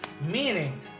Meaning